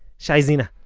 shai zena,